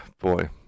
boy